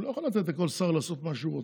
הוא לא יכול לתת לכל שר לעשות מה שהוא רוצה.